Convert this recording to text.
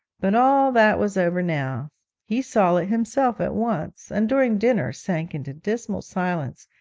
but all that was over now he saw it himself at once, and during dinner sank into dismal silence,